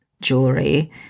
Jewelry